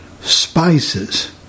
spices